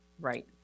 Right